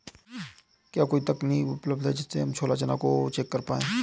क्या कोई तकनीक उपलब्ध है जिससे हम छोला चना को चेक कर पाए?